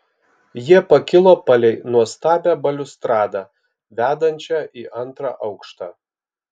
jie pakilo palei nuostabią baliustradą vedančią į antrą aukštą